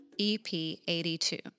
EP82